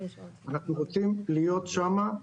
אנחנו רוצים להיות שם.